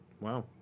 wow